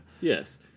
Yes